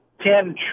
ten